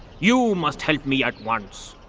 you must help me at once.